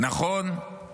נכון,